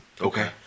Okay